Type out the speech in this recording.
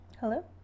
Hello